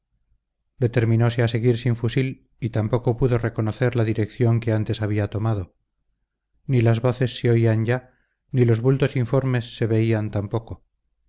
eran determinose a seguir sin fusil y tampoco pudo reconocer la dirección que antes había tomado ni las voces se oían ya ni los bultos informes se veían tampoco